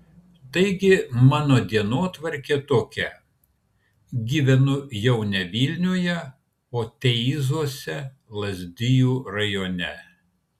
taigi mano dienotvarkė tokia gyvenu jau ne vilniuje o teizuose lazdijų rajone